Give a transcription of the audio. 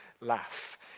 laugh